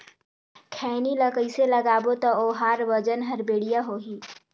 खैनी ला कइसे लगाबो ता ओहार वजन हर बेडिया होही?